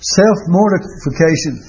self-mortification